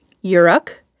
Uruk